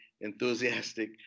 enthusiastic